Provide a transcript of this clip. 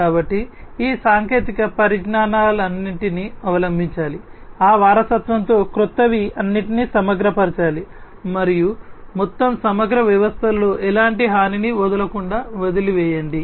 కాబట్టి ఈ సాంకేతిక పరిజ్ఞానాలన్నింటినీ అవలంబించాలి ఆ వారసత్వంతో క్రొత్తవి అన్నింటినీ సమగ్రపరచాలి మొత్తం సమగ్ర వ్యవస్థలో ఎలాంటి హానిని వదలకుండా వదిలివేయండి